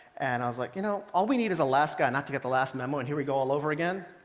and i was like, you know all we need is alaska not to get the last memo, and here we go all over again.